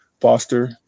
foster